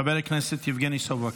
חבר הכנסת יבגני סובה,